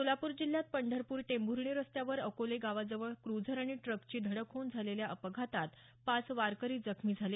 सोलापूर जिल्ह्यात पंढरपूर टेंभुर्णी रस्त्यावर अकोले गावाजवळ क्रूझर आणि ट्रकची धडक होऊन झालेल्या अपघातात पाच वारकरी जखमी झाले